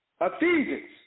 Ephesians